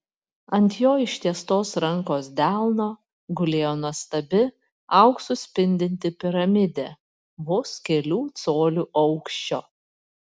ant jo ištiestos rankos delno gulėjo nuostabi auksu spindinti piramidė vos kelių colių aukščio